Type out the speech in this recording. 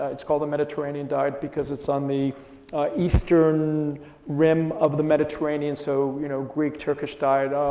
it's called a mediterranean diet because it's on the eastern rim of the mediterranean so you know, greek, turkish diet